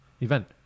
event